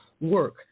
work